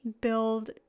build